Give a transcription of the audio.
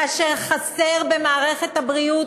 כאשר חסר במערכת הבריאות,